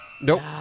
Nope